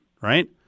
right